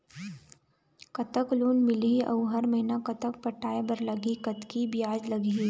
कतक लोन मिलही अऊ हर महीना कतक पटाए बर लगही, कतकी ब्याज लगही?